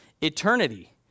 eternity